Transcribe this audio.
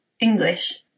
English